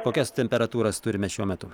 kokias temperatūras turime šiuo metu